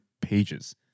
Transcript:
pages